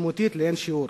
משמעותית לאין-שיעור.